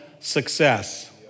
success